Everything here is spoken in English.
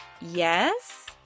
Yes